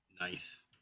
Nice